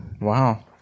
wow